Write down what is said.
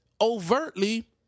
overtly